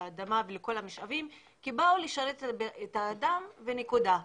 לאדמה ולכל המשאבים כמי שבאו לשרת את האדם ונקודה.